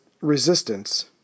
resistance